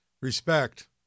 respect